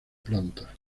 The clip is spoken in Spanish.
planta